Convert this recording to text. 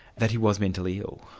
that he was mentally ill.